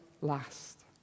last